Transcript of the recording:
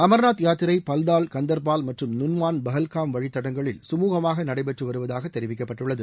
அம்நாத் யாத்திரை பல்டால் கந்தர்பால் மற்றும் நுன்வான் பஹல்காம் வழித் தடங்களில் சுமூகமாக நடைபெற்று வருவதாக தெரிவிக்கப்பட்டுள்ளது